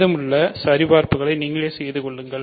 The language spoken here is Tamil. மீதமுள்ள சரிபார்ப்புகளை நீங்களே செய்து கொள்ளுங்கள்